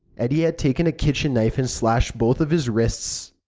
eddie had taken a kitchen knife and slashed both of his wrists.